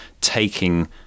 taking